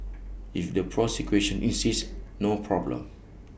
if the prosecution insists no problem